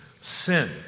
sin